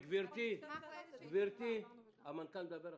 גברתי, המנכ"ל מדבר עכשיו.